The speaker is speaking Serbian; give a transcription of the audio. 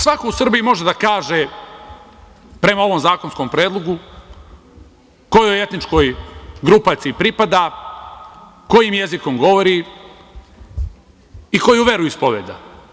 Svako u Srbiji može da kaže, prema ovom zakonskom predlogu, kojoj etničkoj grupaciji pripada, kojim jezikom govori i koju veru ispoveda.